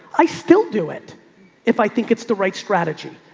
i still do it if i think it's the right strategy.